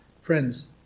Friends